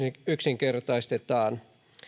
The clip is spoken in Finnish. yksinkertaistetaan